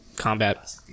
combat